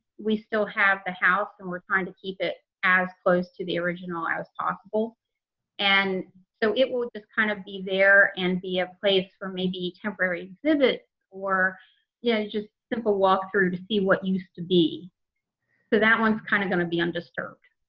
we still have the house and we're trying to keep it as close to the original as possible and so it will just kind of be there and be a place for maybe temporary exhibits or yeah, just simple walk through to see what used to be so that one's kind of gonna be undisturbed.